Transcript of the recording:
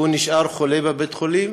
והוא נשאר חולה בבית-החולים,